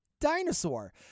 Dinosaur